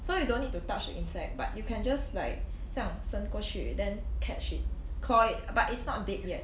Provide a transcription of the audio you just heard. so you don't need to touch the insect but you can just like 这样伸过去 then catch it claw it but it's not dead yet